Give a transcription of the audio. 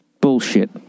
bullshit